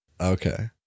okay